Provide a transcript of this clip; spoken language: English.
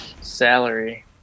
salary